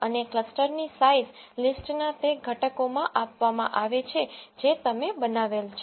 અને ક્લસ્ટરની સાઈઝ લિસ્ટના તે ઘટકોમાં આપવામાં આવે છે જે તમે બનાવેલ છે